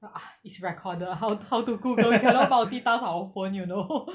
uh it's recorded how how to Google cannot multitask our phone you know